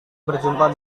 berjumpa